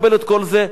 נכבד אותו,